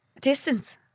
distance